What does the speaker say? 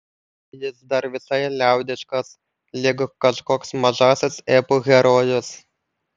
jis dar visai liaudiškas lyg kažkoks mažasis epų herojus